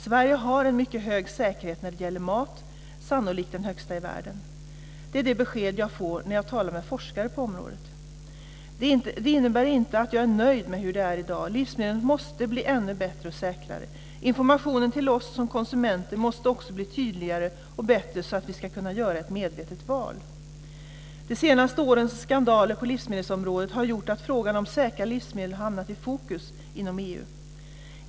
Sverige har en mycket hög säkerhet när det gäller mat, sannolikt den högsta i världen. Det är det besked jag får när jag talar med forskare på området. Det innebär inte att jag är nöjd med hur det är i dag. Livsmedlen måste bli ännu bättre och säkrare. Informationen till oss som konsumenter måste också bli tydligare och bättre så att vi ska kunna göra ett medvetet val. De senaste årens skandaler på livsmedelsområdet har gjort att frågan om säkra livsmedel har hamnat i fokus inom EU.